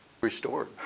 Restored